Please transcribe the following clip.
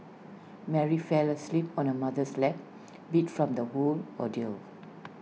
Mary fell asleep on her mother's lap beat from the whole ordeal